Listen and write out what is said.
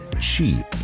cheap